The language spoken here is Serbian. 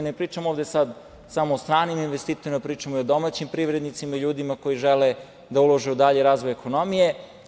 Ne pričam ovde sad samo o stranim investitorima, pričamo i o domaćim privrednicima i ljudima koji žele da ulože u dalji razvoj ekonomije.